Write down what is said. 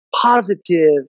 positive